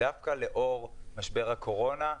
דווקא לאור משבר הקורונה.